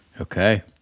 Okay